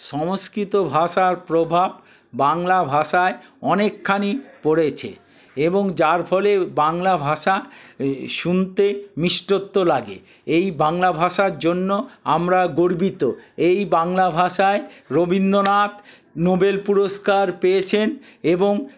সংস্কৃত ভাষার প্রভাব বাংলা ভাষায় অনেকখানি পড়েছে এবং যার ফলে বাংলা ভাষা শুনতে মিষ্টত্ব লাগে এই বাংলা ভাষার জন্য আমরা গর্বিত এই বাংলা ভাষায় রবীন্দ্রনাথ নোবেল পুরষ্কার পেয়েছেন এবং